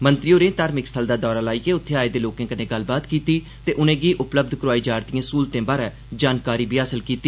मंत्री होरें धार्मिक स्थल दा दौरा लाइयै उत्थें आए दे लोकें कन्नै गल्लबात कीती ते उनें'गी उपलब्ध करोआई जा'रदिए स्हूलते बारै जानकारी बी हासल कीती